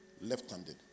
left-handed